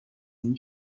این